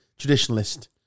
Traditionalist